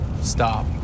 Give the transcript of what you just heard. stop